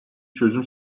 çözüm